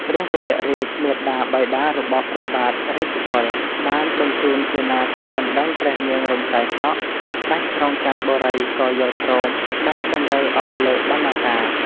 ព្រះវររាជមាតាបិតារបស់ព្រះបាទរាជកុល បានបញ្ជូនសេនាទៅដណ្ដឹងព្រះនាងរំសាយសក់ ហើយស្ដេចក្រុងចន្ទបុរីក៏យល់ព្រម ដោយតម្រូវឲ្យលើកបណ្ណាការ។